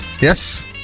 Yes